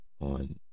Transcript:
on